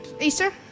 Easter